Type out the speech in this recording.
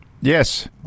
yes